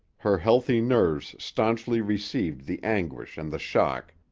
her healthy nerves stanchly received the anguish and the shock,